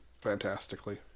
fantastically